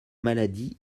maladies